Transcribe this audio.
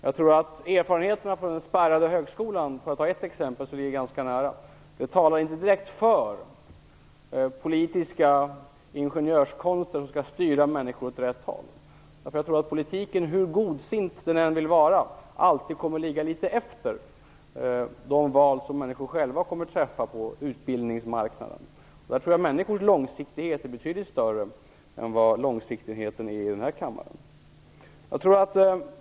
Jag tror att erfarenheterna från den spärrade högskolan - ett exempel som är ganska näraliggande - inte direkt talar för politiska ingenjörskonster som skall styra människor åt rätt håll. Hur godsint politiken än vill vara kommer den alltid att ligga litet efter de val som människor själva kommer att göra på utbildningsmarknaden. De människornas långsiktighet är betydligt större än långsiktigheten i den här kammaren.